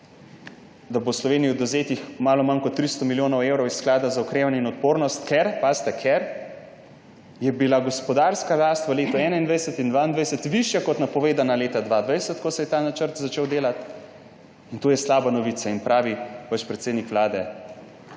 da bo Sloveniji odvzetih malo manj kot 300 milijonov evrov iz Sklada za okrevanje in odpornost, ker, pazite!, je bila gospodarska rast v letu 2021 in letu 2022 višja, kot je bila napovedana leta 2020, ko se je ta načrt začel delati. In to je slaba novica. In pravi vaš predsednik vlade,